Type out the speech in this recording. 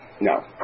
No